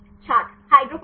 छात्र हाइड्रोफोबिसिटी